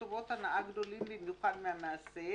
או טובות הנאה גדולים במיוחד מהמעשה,"